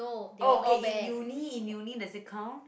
oh okay in uni in uni does it count